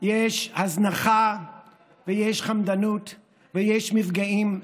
יש הזנחה ויש חמדנות ויש מפגעים,